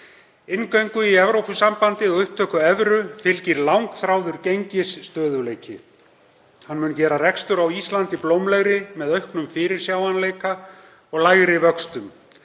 inngöngu í Evrópusambandið og upptöku evru fylgir langþráður gengisstöðugleiki. Hann mun gera rekstur á Íslandi blómlegri með auknum fyrirsjáanleika og lægri vöxtum.